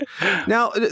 Now